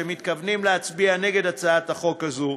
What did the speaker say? שמתכוונים להצביע נגד הצעת החוק הזאת,